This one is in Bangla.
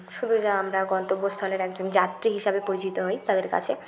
শুধু যা আমরা গন্তব্যস্থলের একজন যাত্রী হিসাবে পরিচিত হই তাদের কাছে